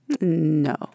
No